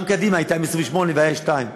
גם קדימה הייתה עם 28 והיום היא עם שניים.